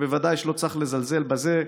ובוודאי שלא צריך לזלזל בזה.